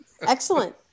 Excellent